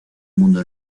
mundo